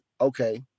okay